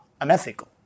unethical